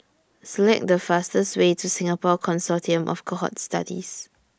Select The fastest Way to Singapore Consortium of Cohort Studies